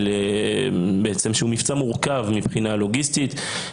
בעצם שהוא מבצע מורכב מבחינה לוגיסטית,